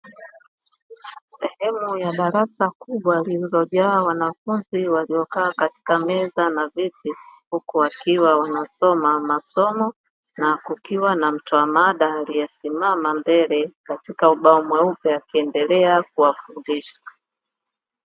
Sehemu ya darasa kubwa zilizojaa wanafunzi waliokaa katika meza na viti, huku akiwa wanasoma masomo na kukiwa na mtoa mada aliyesimama mbele katika ubao mweupe akiendelea kuwafundisha.